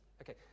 Okay